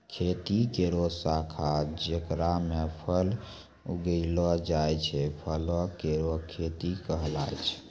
खेती केरो शाखा जेकरा म फल उगैलो जाय छै, फलो केरो खेती कहलाय छै